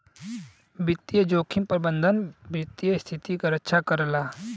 वित्तीय जोखिम प्रबंधन वित्तीय स्थिति क रक्षा करला